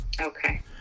Okay